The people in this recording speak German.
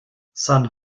san